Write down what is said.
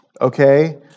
okay